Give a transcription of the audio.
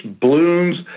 blooms